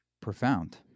profound